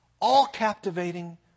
all-captivating